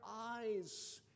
eyes